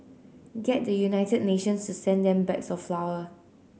get the United Nations to send them bags of flour